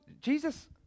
Jesus